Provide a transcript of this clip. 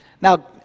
Now